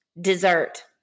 dessert